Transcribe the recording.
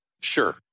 Sure